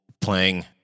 playing